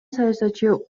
саясатчы